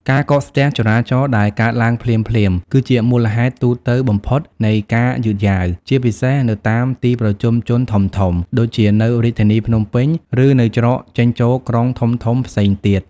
ការកកស្ទះចរាចរណ៍ដែលកើតឡើងភ្លាមៗ គឺជាមូលហេតុទូទៅបំផុតនៃការយឺតយ៉ាវ ជាពិសេសនៅតាម ទីប្រជុំជនធំៗ ដូចជានៅរាជធានីភ្នំពេញ ឬនៅច្រកចេញចូលក្រុងធំៗផ្សេងទៀត។